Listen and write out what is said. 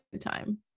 time